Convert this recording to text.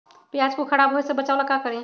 प्याज को खराब होय से बचाव ला का करी?